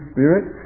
Spirit